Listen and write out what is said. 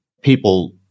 people